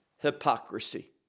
hypocrisy